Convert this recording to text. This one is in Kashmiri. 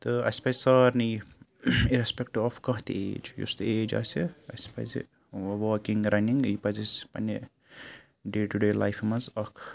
تہٕ اسہِ پَزِ سارنٕے اِریٚسپیٚکٹِو آف کانٛہہ تہِ ایج یۄس تہِ ایج آسہِ اسہِ پَزِ واکِنٛگ رَنِنٛگ بیٚیہِ پَزِ اسہِ پننہِ ڈے ٹُو ڈے لایفہِ منٛز اَکھ